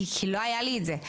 כי לא היה לי את זה.